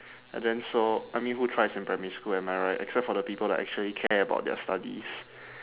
and then so I mean who tries in primary school am I right except for the people that actually care about their studies